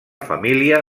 família